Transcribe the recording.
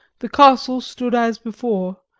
the castle stood as before,